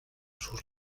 sus